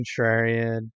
contrarian